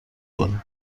کنیم